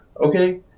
okay